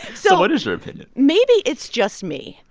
so what is your opinion? maybe it's just me,